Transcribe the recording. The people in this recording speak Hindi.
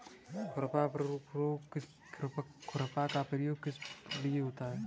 खुरपा का प्रयोग किस लिए होता है?